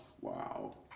Wow